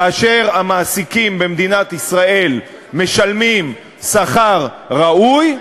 כאשר המעסיקים במדינת ישראל משלמים שכר ראוי,